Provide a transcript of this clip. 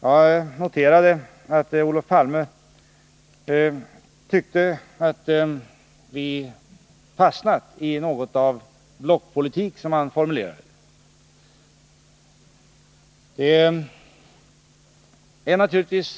Jag noterade att Olof Palme tyckte att vi fastnat i något av en blockpolitik, som han formulerade det. Jag tror att det